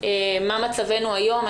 מה מצבנו היום?